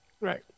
Right